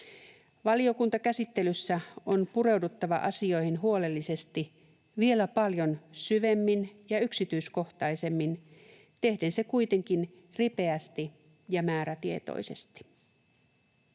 Valiokuntakäsittelyssä on pureuduttava asioihin huolellisesti, vielä paljon syvemmin ja yksityiskohtaisemmin, tehden se kuitenkin ripeästi ja määrätietoisesti.